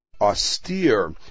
austere